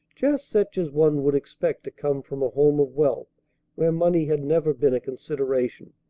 just such as one would expect to come from a home of wealth where money had never been consideration.